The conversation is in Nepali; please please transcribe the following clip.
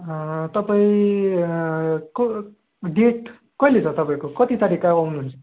तपाईँ को डेट कहिले छ तपाईँको कति तारिक अब आउनुहुन्छ